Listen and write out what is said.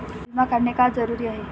विमा काढणे का जरुरी आहे?